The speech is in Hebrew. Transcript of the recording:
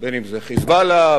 אם "חיזבאללה",